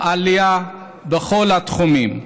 בעלייה, בכל התחומים.